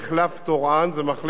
זה מחלף שעתיד להיבנות.